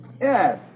Yes